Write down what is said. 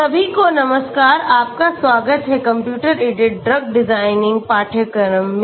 सभी को नमस्कार आपका स्वागत है कंप्यूटर एडेड ड्रग डिज़ाइन पाठ्यक्रम में